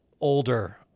older